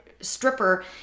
stripper